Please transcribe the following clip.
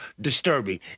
disturbing